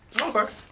Okay